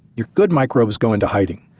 your good microbes go into hiding,